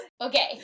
Okay